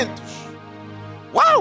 Wow